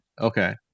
Okay